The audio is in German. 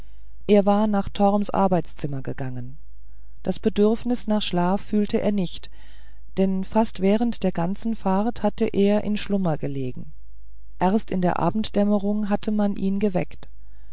er war nach torms arbeitszimmer gegangen das bedürfnis nach schlaf fühlte er nicht denn fast während der ganzen fahrt hatte er in schlummer gelegen erst in der abenddämmerung hatte man ihn geweckt